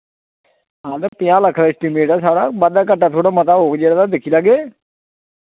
हां ते पञां लक्ख दा इस्टीमेट ऐ साढ़ा बाद्धा घाट्टा थोह्ड़ा मता होग जेह्ड़ा तां दिक्खी लैगे